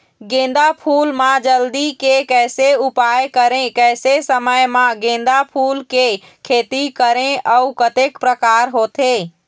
गेंदा फूल मा जल्दी के कैसे उपाय करें कैसे समय मा गेंदा फूल के खेती करें अउ कतेक प्रकार होथे?